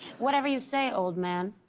whatever you say, old man.